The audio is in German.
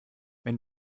wenn